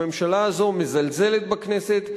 הממשלה הזאת מזלזלת בכנסת,